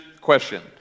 question